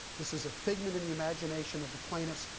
this is a figment in the imagination of the plaintiffs.